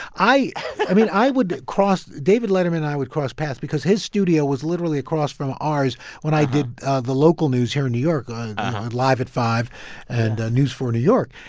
i i mean, i would cross david letterman and i would cross paths because his studio was literally across from ours when i did the local news here in new york live at five and news four new york.